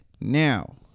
now